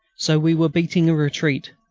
so we were beating a retreat.